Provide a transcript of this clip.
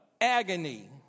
agony